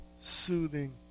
soothing